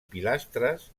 pilastres